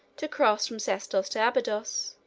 to cross from sestos to abydos,